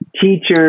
teachers